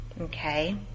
okay